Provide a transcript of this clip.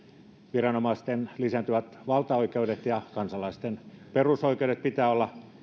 viranomaisten lisääntyvien valtaoikeuksien ja ja kansalaisten perusoikeuksien pitää olla